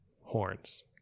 horns